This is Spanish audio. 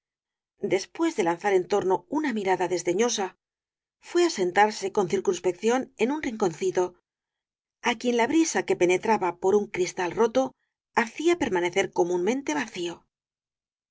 después de lanzar en torno una mirada desdeñosa fué á sentarse con circunspección en un rinconcito á quien la brisa que penetraba por un cristal roto hacía permanecer comúnmente vacío